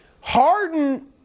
Harden